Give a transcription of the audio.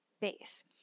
base